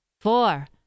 four